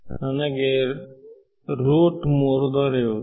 ಹೌದು ನನಗೆ ರೂಟ್ 3 ದೊರೆಯುವುದು